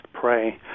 pray